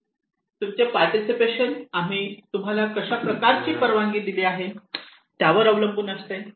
तुमचे पार्टिसिपेशन आम्ही तुम्हाला कशा प्रकारची परवानगी दिली आहे त्यावर अवलंबून असते